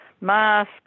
masks